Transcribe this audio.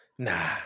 Nah